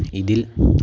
ഇതിൽ